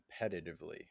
competitively